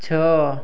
ଛଅ